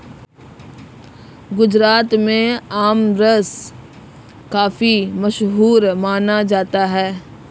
गुजरात में आमरस काफी मशहूर माना जाता है